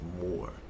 more